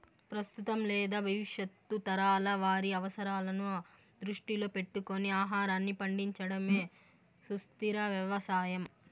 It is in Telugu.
ప్రస్తుతం లేదా భవిష్యత్తు తరాల వారి అవసరాలను దృష్టిలో పెట్టుకొని ఆహారాన్ని పండించడమే సుస్థిర వ్యవసాయం